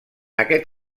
aquest